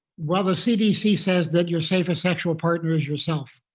well the cdc says that your safest sexual partner is yourself.